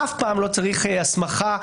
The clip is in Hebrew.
לעולם לא צריך הסמכה?